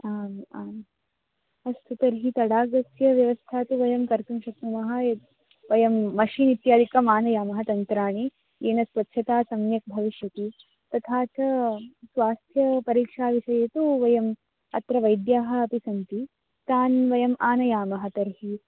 आम् आम् अस्तु तर्हि तडागस्य व्यवस्था तु वयं कर्तुं शक्नुमः यत् वयं मशिन् इत्यादिकम् आनयामः तन्त्राणि येन स्वच्छता सम्यक् भविष्यति तथा च स्वास्थ्यपरीक्षा विषये तु वयं अत्र वैद्याः अपि सन्ति तान् वयं आनयामः तर्हि